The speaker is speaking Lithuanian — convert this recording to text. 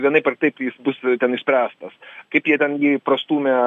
vienaip ar kitaip jis bus ten išspręstas kaip jie ten jį prastūmė